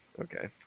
Okay